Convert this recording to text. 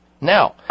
Now